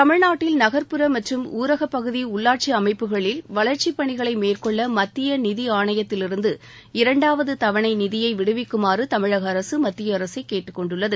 தமிழ்நாட்டில் நகர்ப்புற மற்றும் ஊரகப் பகுதி உள்ளாட்சி அமைப்புகளில் வளர்ச்சிப் பணிகளை மேற்கொள்ள மத்திய நிதி ஆணையத்திலிருந்து இரண்டாவது தவணை நிதியை விடுவிக்குமாறு தமிழக அரசு மத்திய அரசை கேட்டுக் கொண்டுள்ளது